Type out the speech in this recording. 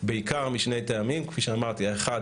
בעיקר משני טעמים, כפי שאמרתי, האחד